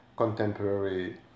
contemporary